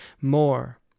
more